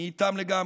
אני איתם לגמרי.